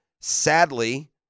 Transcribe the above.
Sadly